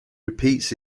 repeats